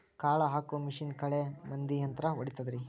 ಕಾಳ ಹಾಕು ಮಿಷನ್ ಹಳೆ ಮಂದಿ ಯಂತ್ರಾ ಹೊಡಿತಿದ್ರ